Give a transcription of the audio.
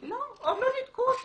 לא, עוד לא ניתקו אותי.